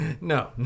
no